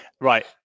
Right